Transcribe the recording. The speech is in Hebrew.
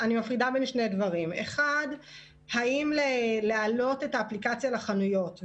אני מפרידה בין שני דברים: 1. האם להעלות את האפליקציה לחנויות,